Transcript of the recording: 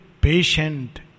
patient